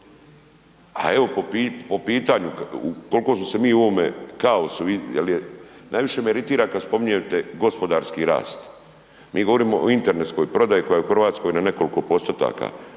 a evo po pitanju kolko smo se mi u ovome kaosu jel je, najviše me iritira kad spominjete gospodarski rast. Mi govorimo o internetskoj prodaji koja je u RH na nekoliko postotaka,